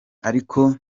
ariko